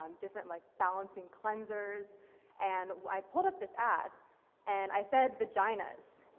um different like balancing cleansers and i pulled up this ad and i said vaginas,